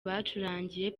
bacurangiye